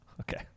Okay